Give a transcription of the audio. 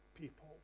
people